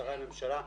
שרי הממשלה.